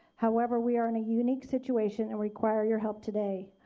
however, we are and a unique situation and require your help today.